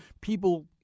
people—